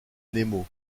nemo